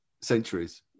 centuries